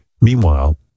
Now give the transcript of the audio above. Meanwhile